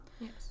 Yes